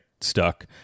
stuck